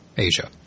Asia